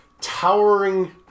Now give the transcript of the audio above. towering